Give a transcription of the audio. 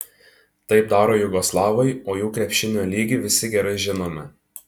taip daro jugoslavai o jų krepšinio lygį visi gerai žinome